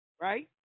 right